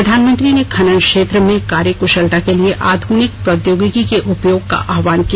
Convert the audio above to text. प्रधानमंत्री ने खनन क्षेत्र में कार्य कुशलता के लिए आधुनिक प्रौद्योगिकी के उपयोग का आहवान किया